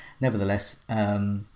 nevertheless